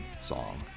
song